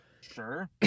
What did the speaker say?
sure